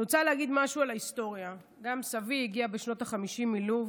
אני רוצה להגיד משהו על ההיסטוריה: גם סבי הגיע בשנות החמישים מלוב